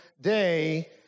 day